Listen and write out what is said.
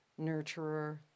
nurturer